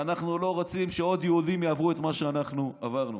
ואנחנו לא רוצים שעוד יהודים יעברו את מה שאנחנו עברנו.